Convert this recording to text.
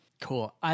Cool